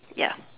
ya